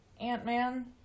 ant-man